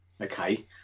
okay